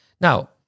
Now